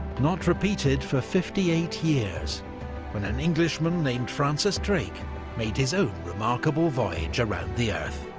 not repeated for fifty eight years when an englishman named francis drake made his own remarkable voyage around the earth.